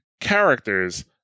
characters